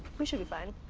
we should be fine.